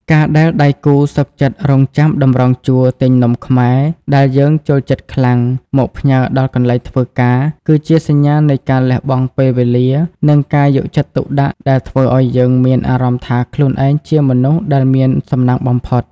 ការដែលដៃគូសុខចិត្តរង់ចាំតម្រង់ជួរទិញនំខ្មែរដែលយើងចូលចិត្តខ្លាំងមកផ្ញើដល់កន្លែងធ្វើការ គឺជាសញ្ញានៃការលះបង់ពេលវេលា និងការយកចិត្តទុកដាក់ដែលធ្វើឱ្យយើងមានអារម្មណ៍ថាខ្លួនឯងជាមនុស្សដែលមានសំណាងបំផុត។